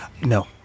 no